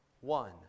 one